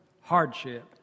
hardship